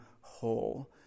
whole